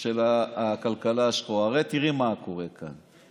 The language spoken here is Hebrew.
של הכלכלה השחורה, הרי תראי מה קורה כאן.